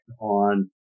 on